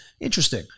Interesting